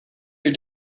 your